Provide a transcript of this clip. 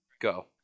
Go